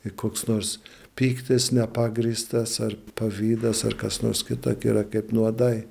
ir koks nors pyktis nepagrįstas ar pavydas ar kas nors kita gi yra kaip nuodai